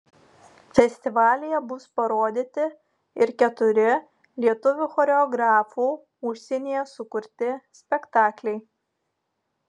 festivalyje bus parodyti ir keturi lietuvių choreografų užsienyje sukurti spektakliai